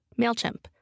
MailChimp